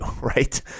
right